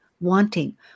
wanting